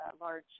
large